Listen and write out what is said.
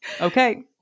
Okay